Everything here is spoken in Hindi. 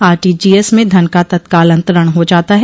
आरटीजीएस में धन का तत्काल अंतरण हो जाता है